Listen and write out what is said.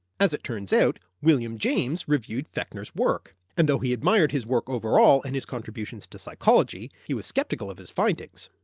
as it turns out, william james reviewed fechner's work, and though he admired his work overall and his contributions to psychology, he was skeptical of his findings.